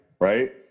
right